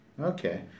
Okay